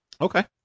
Okay